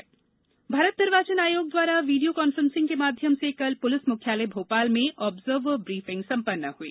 उप चुनाव कान्फ्रेंस भारत निर्वाचन आयोग द्वारा वीडियो कान्फ्रेंसिंग के माध्यम से कल पुलिस मुख्यालय भोपाल में ऑब्जर्वर ब्रीफिंग सम्पन्न हुई